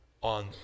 on